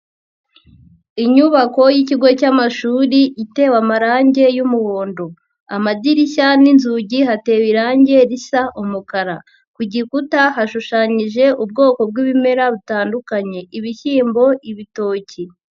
Inyubako ykigo cyamashuri itewe amarangi y'umuhondo, amadirishya n'inzugi hatewe irangi risa umukara, ku gikuta hashushanyije ubwoko bw'ibimera butandukanye, ibishyimbo, ibitoki.